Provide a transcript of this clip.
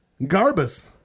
Garbus